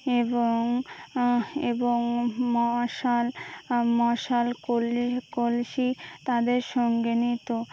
এবং এবং মশাল মশাল কল কলসি তাদের সঙ্গে নিত